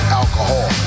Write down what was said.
alcohol